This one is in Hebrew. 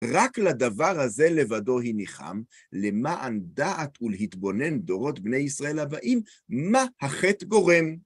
רק לדבר הזה לבדו הניחם, למען דעת ולהתבונן דורות בני ישראל הבאים, מה החטא גורם.